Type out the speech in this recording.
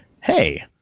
hey